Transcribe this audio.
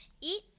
Eat